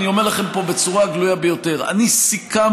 אני אומר לכם פה בצורה הגלויה ביותר: אני סיכמתי